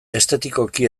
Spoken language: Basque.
estetikoki